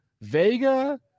Vega